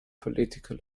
political